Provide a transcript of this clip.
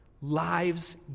lives